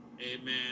Amen